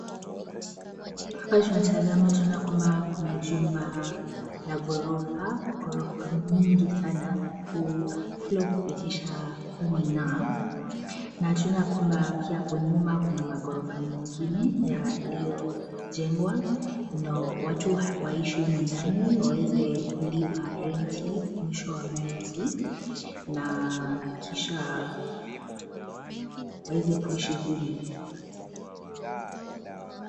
Hapa tunatazama tunaona kwamba kuna jumba la ghorofa , ghorofa mingi sana floor kupitisha kumi na. Na tunaona kwamba pia hapo nyuma kuna maghorofa mengine yaliyojengwa ,ndio watu waishi humo ndani waweze kulipa renti mwisho wa mwezi na kisha waweze kuishi humo.